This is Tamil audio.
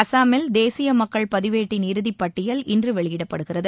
அசாமில் தேசிய மக்கள் பதிவேட்டின் இறுதிப் பட்டியல் இன்று வெளியிடப்படுகிறது